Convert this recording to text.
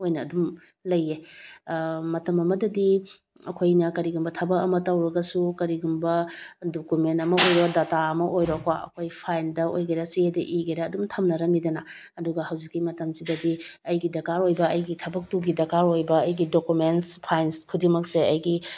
ꯑꯣꯏꯅ ꯑꯗꯨꯝ ꯂꯩꯌꯦ ꯃꯇꯝ ꯑꯃꯗꯗꯤ ꯑꯩꯈꯣꯏꯅ ꯀꯔꯤꯒꯨꯝꯕ ꯊꯕꯛ ꯑꯃ ꯇꯧꯔꯒꯁꯨ ꯀꯔꯤꯒꯨꯝꯕ ꯗꯣꯀꯨꯃꯦꯟ ꯑꯃ ꯑꯣꯏꯔꯣ ꯗꯇꯥ ꯑꯃ ꯑꯣꯏꯔꯣꯀꯣ ꯑꯩꯈꯣꯏ ꯐꯥꯏꯟꯗ ꯑꯣꯏꯒꯦꯔꯥ ꯆꯦꯗ ꯏꯒꯦꯔ ꯑꯗꯨꯝ ꯊꯝꯅꯔꯝꯃꯤꯗꯅ ꯑꯗꯨꯒ ꯍꯧꯖꯤꯛꯀꯤ ꯃꯇꯝꯁꯤꯗꯗꯤ ꯑꯩꯒꯤ ꯗꯔꯀꯥꯔ ꯑꯣꯏꯕ ꯑꯩꯒꯤ ꯊꯕꯛ ꯇꯨꯒꯤ ꯗꯔꯀꯥꯔ ꯑꯣꯏꯕ ꯑꯩꯒꯤ ꯗꯣꯀꯨꯃꯦꯟꯁ ꯐꯥꯏꯟꯁ ꯈꯨꯗꯤꯡꯃꯛꯁꯦ ꯑꯩꯒꯤ